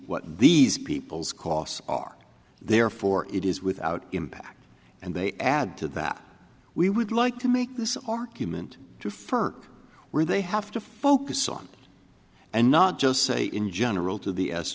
what these people's costs are therefore it is without impact and they add to that we would like to make this argument to firm where they have to focus on and not just say in general to the s